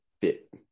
fit